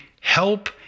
help